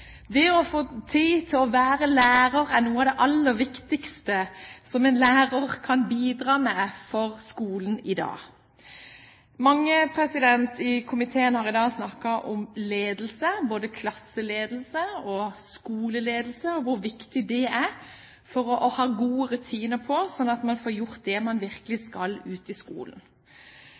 Det å få tid til å være lærer er noe av det aller viktigste som en lærer kan bidra med for skolen i dag. Mange i komiteen har i dag snakket om ledelse, både klasseledelse og skoleledelse, og hvor viktig det er å ha gode rutiner på det sånn at man får gjort det man virkelig skal i skolen.